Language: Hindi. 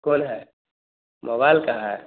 कौन है मोबाइल का है